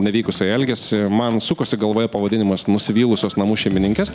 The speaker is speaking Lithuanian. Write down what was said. nevykusiai elgiasi man sukosi galvoje pavadinimas nusivylusios namų šeimininkės